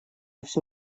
все